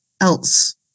else